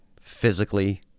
Physically